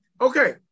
Okay